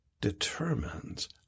determines